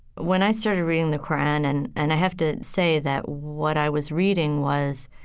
when i started reading the qur'an, and, and i have to say that what i was reading was,